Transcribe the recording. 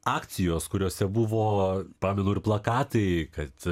akcijos kuriose buvo pamenu ir plakatai kad